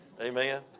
Amen